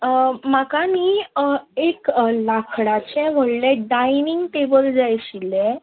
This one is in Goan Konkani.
म्हाका न्हय एक लाकडाचें व्हडलें डायनिंग टेबल जाय आशिल्लें